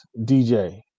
DJ